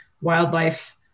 wildlife